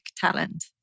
talent